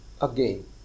Again